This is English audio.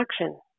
action